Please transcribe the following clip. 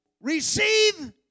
Receive